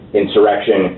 insurrection